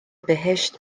بهشت